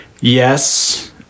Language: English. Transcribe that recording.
yes